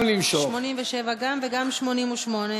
גם 87 למשוך.